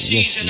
Yes